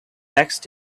next